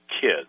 kids